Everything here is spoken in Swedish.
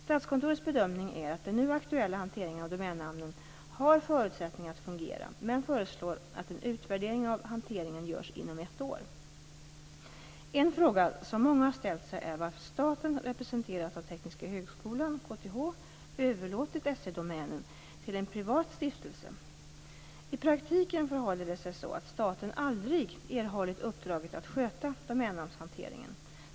Statskontorets bedömning är att den nu aktuella hanteringen av domännamnen har förutsättningar att fungera men föreslår att en utvärdering av hanteringen görs inom ett år. En fråga som många har ställt sig är varför staten representerad av Tekniska högskolan, KTH, överlåtit .se-domänen till en privat stiftelse. I praktiken förhåller det sig så att staten aldrig erhållit uppdraget att sköta domännamnshanteringen.